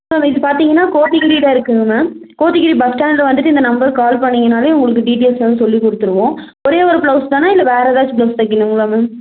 ma'am இது பார்த்திங்கன்னா கோத்தகிரியில இருக்குதுங்க மேம் கோத்தகிரி பஸ் ஸ்டாண்டு வந்துட்டு இந்த நம்பருக்கு கால் பண்ணிங்கனாலே உங்களுக்கு டீடெயில்ஸ்லாம் சொல்லி கொடுத்துருவோம் ஒரே ஒரு ப்ளவுஸ்தானா இல்லை வேற ஏதாச்சும் ப்ளவுஸ் தைக்கணுங்களா மேம்